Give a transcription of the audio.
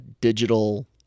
digital